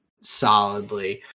solidly